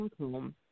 home